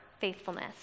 faithfulness